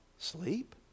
Sleep